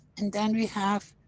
and then we have